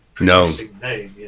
No